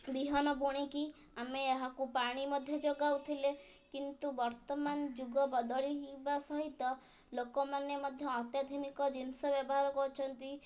ବିହନ ବୁଣିକି ଆମେ ଏହାକୁ ପାଣି ମଧ୍ୟ ଯୋଗାଉଥିଲେ କିନ୍ତୁ ବର୍ତ୍ତମାନ ଯୁଗ ବଦଳିବା ସହିତ ଲୋକମାନେ ମଧ୍ୟ ଅତ୍ୟାଧୁନିକ ଜିନିଷ ବ୍ୟବହାର କରୁଛନ୍ତି